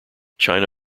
china